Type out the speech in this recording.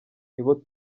nibo